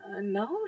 no